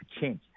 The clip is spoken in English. change